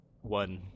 one